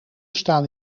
staan